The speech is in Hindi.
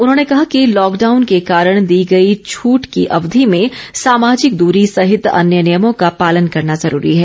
उन्होंने कहा कि लॉकडाउन के कारण दी गई छूट की अवधि में सामाजिक दूरी सहित अन्य नियमों का पालन करना जरूरी है